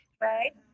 right